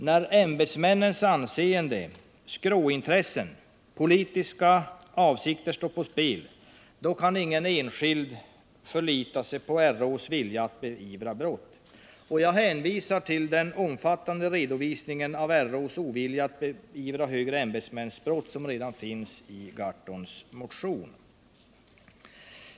När ämbetsmännens anseende, skråintressen och politiska avsikter står på spel, då kan ingen enskild förlita sig på RÅ:s vilja att beivra brott. Jag hänvisar till den omfattande redovisning av RÅ:s ovilja att beivra högre ämbetsmäns brott som finns i Per Gahrtons motion.